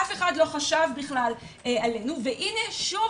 אף אחד לא חשב בכלל עלינו והנה שוב,